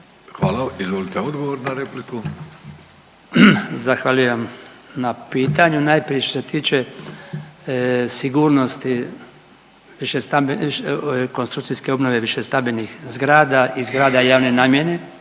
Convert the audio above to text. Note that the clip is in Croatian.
Hvala. Izvolite odgovor na repliku. **Bačić, Branko (HDZ)** Zahvaljujem na pitanju. Najprije što se tiče sigurnosti višestambenih, konstrukcijske obnove višestambenih zgrada i zgrada javne namjene.